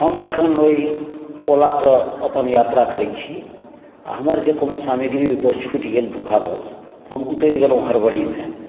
हम जखन ओहि ओलासँ अपन यात्रा करै छी आ हमर जे कोनो सामग्री ओहि पर छूटि गेल धोखावश हम उतरि गेलहुँ हड़बड़ीमे